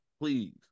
Please